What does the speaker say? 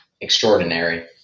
extraordinary